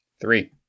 Three